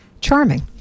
charming